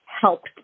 helped